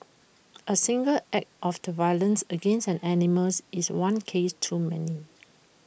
A single act of the violence against an animals is one case too many